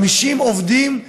50 עובדים,